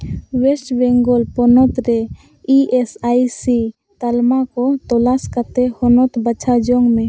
West Bengal ᱯᱚᱱᱚᱛᱨᱮ E S I C ᱛᱟᱞᱢᱟᱠᱚ ᱛᱚᱞᱟᱥ ᱠᱟᱛᱮᱫ ᱦᱚᱱᱚᱛ ᱵᱟᱪᱷᱟᱣ ᱡᱚᱝᱢᱮ